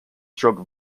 stroke